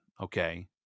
okay